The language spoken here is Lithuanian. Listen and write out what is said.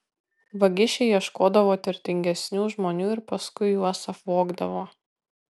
vagišiai ieškodavo turtingesnių žmonių ir paskui juos apvogdavo